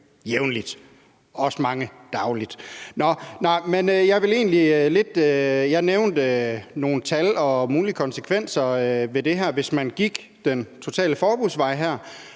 jævnligt, mange også dagligt. Jeg nævnte nogle tal og mulige konsekvenser ved det her, hvis man gik den totale forbudsvej,